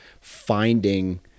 finding